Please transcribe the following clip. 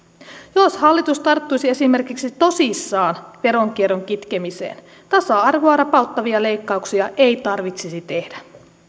jos hallitus tarttuisi esimerkiksi tosissaan veronkierron kitkemiseen tasa arvoa rapauttavia leikkauksia ei tarvitsisi tehdä